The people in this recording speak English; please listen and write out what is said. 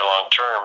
long-term